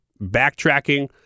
backtracking